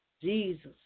Jesus